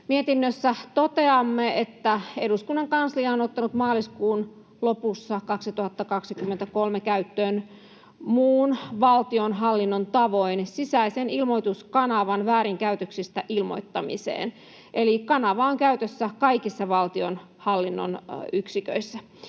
Mietinnössä toteamme, että eduskunnan kanslia on ottanut maaliskuun lopussa 2023 käyttöön muun valtionhallinnon tavoin sisäisen ilmoituskanavan väärinkäytöksistä ilmoittamiseen. Eli kanava on käytössä kaikissa valtionhallinnon yksiköissä.